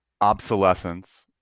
obsolescence